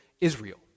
Israel